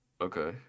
Okay